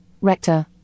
Rector